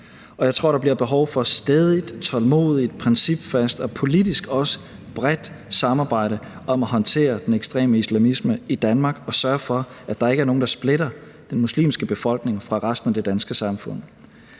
jeg tror, der bliver behov for stædigt, tålmodigt, principfast og også politisk bredt at samarbejde om at håndtere den ekstreme islamisme i Danmark og sørge for, at der ikke er nogen, der splitter den muslimske befolkning fra resten af det danske samfund.